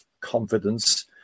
confidence